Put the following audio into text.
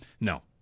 No